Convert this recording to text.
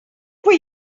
where